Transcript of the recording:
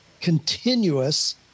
continuous